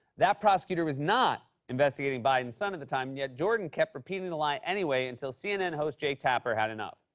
that prosecutor was not investigating biden's son at the time, and yet jordan kept repeating the lie anyway until cnn host jake tapper had enough.